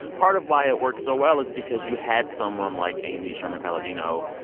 part of why it works so well is because you had someone like amy sherman-palladino.